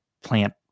plant